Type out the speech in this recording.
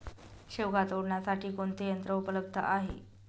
शेवगा तोडण्यासाठी कोणते यंत्र उपलब्ध आहे?